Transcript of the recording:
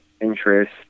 interest